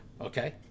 okay